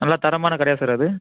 நல்ல தரமான கடையா சார் அது